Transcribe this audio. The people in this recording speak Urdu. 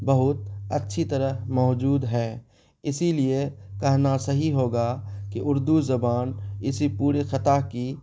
بہت اچھی طرح موجود ہے اسی لیے کہنا صحیح ہوگا کہ اردو زبان اسی پورے خطہ کی